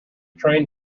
train